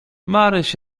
maryś